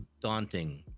daunting